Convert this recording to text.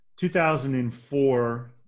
2004